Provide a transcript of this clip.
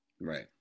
Right